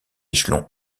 échelon